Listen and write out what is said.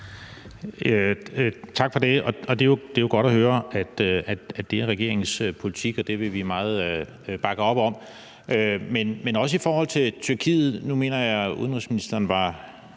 Tak for det. Det er jo godt at høre, at det er regeringens politik, og det vil vi bakke meget op om. I forhold til Tyrkiet mener jeg at udenrigsministeren var